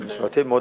"ונשמרתם מאד